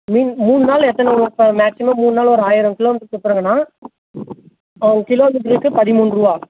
மூணு நாள் எத்தனை ஊர் மேக்ஸிமம் மூணு நாள் ஆயிரம் கிலோ மீட்டர் சுத்துறங்கனா ஒன கிலோ மீட்டருக்கு பதிமூன்ரூவா